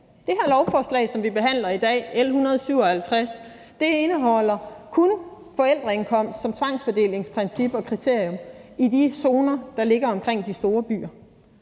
Det her lovforslag, som vi behandler i dag, L 157, indeholder kun forældreindkomst som tvangsfordelingsprincip og -kriterium i de zoner, der ligger omkring de store byer.